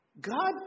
God